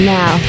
now